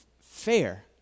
fair